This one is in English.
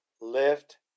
lift